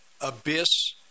abyss